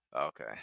Okay